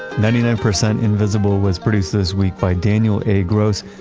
ninety nine percent invisible was produced this week by daniel a. gross,